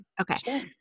Okay